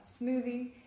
Smoothie